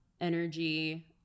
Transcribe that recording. energy